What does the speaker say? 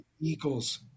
Eagles